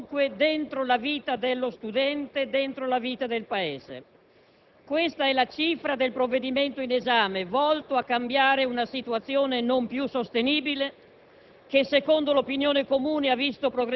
L'esame di Stato, dunque, dentro la vita dello studente, dentro la vita del Paese. Questa è la cifra del provvedimento in esame, volto a cambiare una situazione non più sostenibile